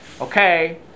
okay